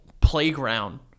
playground